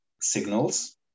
signals